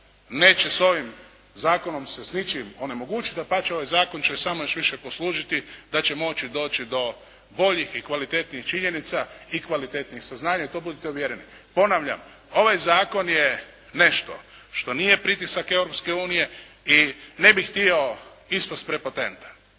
neće s ovim zakonom se, s ničim, onemogućiti, dapače ovaj zakon će samo još više poslužiti da će moći doći do boljih i kvalitetnijih činjenica i kvalitetnijih saznanja i u to budite uvjereni. Ponavljam, ovaj zakon je nešto što nije pritisak Europske Unije i ne bih htio ispasti prepotentan,